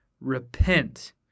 Repent